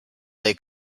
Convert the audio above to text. they